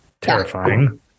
terrifying